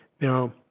Now